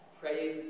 praying